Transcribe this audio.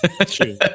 true